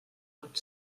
pot